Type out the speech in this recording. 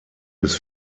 bis